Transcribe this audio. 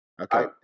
Okay